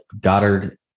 Goddard